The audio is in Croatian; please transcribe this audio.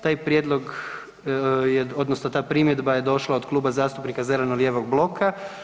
Taj prijedlog odnosno ta primjedba je došla od Kluba zastupnika zeleno-lijevog bloka.